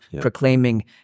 proclaiming